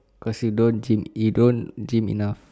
cause you don't gym you don't gym enough